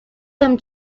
them